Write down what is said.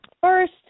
First